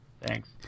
Thanks